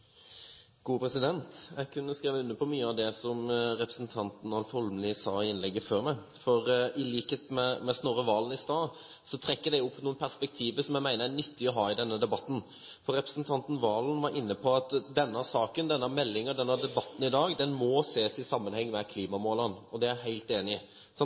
Jeg kunne ha skrevet under på mye av det som representanten Alf Egil Holmelid sa i innlegget før meg, for i likhet med Snorre Serigstad Valen trekker han opp noen perspektiver som jeg mener er nyttig å ha i denne debatten. Representanten Serigstad Valen var inne på at denne saken, denne meldingen og denne debatten i dag må ses i sammenheng med klimamålene. Det er jeg helt enig